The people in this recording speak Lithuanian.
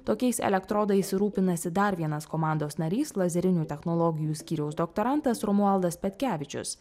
tokiais elektrodais rūpinasi dar vienas komandos narys lazerinių technologijų skyriaus doktorantas romualdas petkevičius